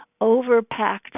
overpacked